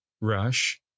rush